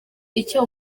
icyo